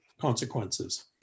consequences